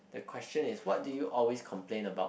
the question is what do you always complain about